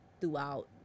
throughout